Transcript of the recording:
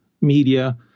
media